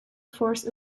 force